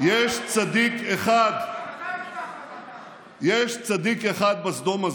יש צדיק אחד בסדום הזאת,